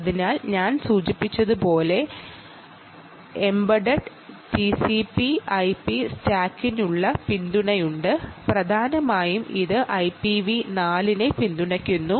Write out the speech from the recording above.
അതിനാൽ ഞാൻ സൂചിപ്പിച്ചതുപോലെ ഇതിൽ എംബഡഡ് ടിസിപി ഐപി സ്റ്റാക്കിനുള്ള പിന്തുണയുണ്ട് പ്രധാനമായും ഇത് ഐപിവി 4 നെ പിന്തുണയ്ക്കുന്നു